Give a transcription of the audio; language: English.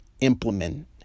implement